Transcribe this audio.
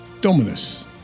Dominus